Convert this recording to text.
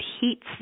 heats